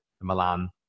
Milan